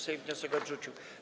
Sejm wniosek odrzucił.